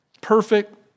perfect